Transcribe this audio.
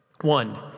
One